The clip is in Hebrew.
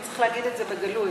וצריך להגיד את זה בגלוי,